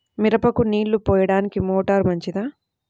మిరపకు నీళ్ళు పోయడానికి మోటారు మంచిదా?